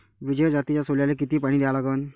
विजय जातीच्या सोल्याले किती पानी द्या लागन?